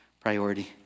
priority